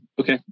okay